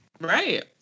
right